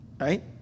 Right